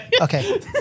Okay